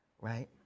Right